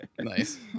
Nice